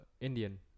Indian